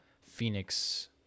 phoenix